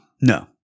No